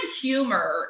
humor